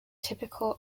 typical